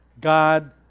God